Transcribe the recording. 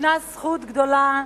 ניתנה זכות גדולה